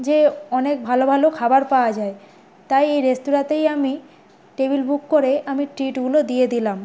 যে অনেক ভালো ভালো খাবার পাওয়া যায় তাই এই রেস্তোরাঁতেই আমি টেবিল বুক করে আমি ট্রিটগুলো দিয়ে দিলাম